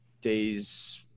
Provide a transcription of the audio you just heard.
days